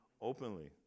openly